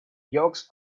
yolks